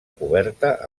coberta